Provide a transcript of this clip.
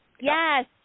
Yes